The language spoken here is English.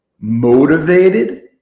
motivated